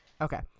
Okay